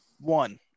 One